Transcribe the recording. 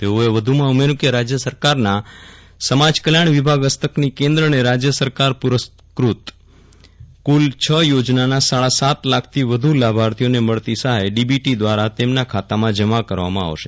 તેમણે વ્ધુમાં ઉમેર્યું કે રાજય સરકારના સમાજકલ્યાજ્ઞ વિભાગ હસ્તકની કેન્દ્ર અને રાજય સરકાર પુરસ્કૃત કુલ છ યોજનાના સાડા સાત લાખથી વધુ લાભાર્થીઓને મળતી સહાય ડીબીટી દ્વારા તેમના ખાતામાં જમા કરાવવામાં આવશે